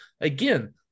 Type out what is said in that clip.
Again